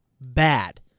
bad